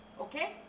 Okay